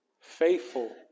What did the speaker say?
faithful